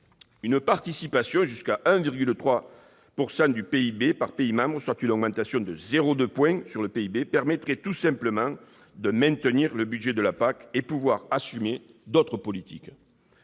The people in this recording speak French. Une participation jusqu'à 1,3 % du PIB par pays membre, soit une augmentation de 0,2 point de PIB, permettrait tout simplement de maintenir le budget de la PAC en ayant les moyens d'assumer d'autres politiques.